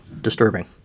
disturbing